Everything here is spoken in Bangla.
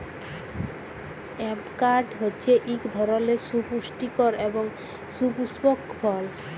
এভকাড হছে ইক ধরলের সুপুষ্টিকর এবং সুপুস্পক ফল